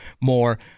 more